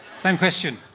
same question.